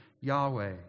Yahweh